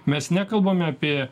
mes nekalbame apie